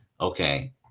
Okay